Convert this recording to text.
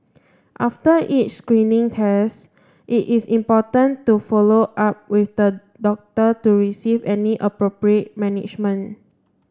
after each screening test it is important to follow up with the doctor to receive any appropriate management